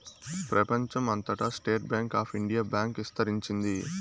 ప్రెపంచం అంతటా state bank of India bank ఇస్తరించింది